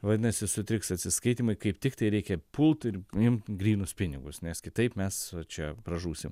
vadinasi sutriks atsiskaitymai kaip tiktai reikia pulti ir imt grynus pinigus nes kitaip mes čia pražūsim